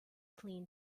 clean